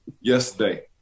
yesterday